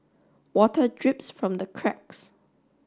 water drips from the cracks